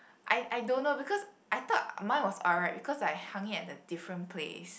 I I don't know because I thought mine was alright because I hung it at a different place